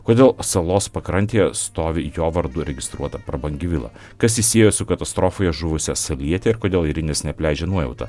kodėl salos pakrantėje stovi jo vardu registruota prabangi vila kas jį siejo su katastrofoje žuvusia saviete ir kodėl eirinės neapleidžia nuojauta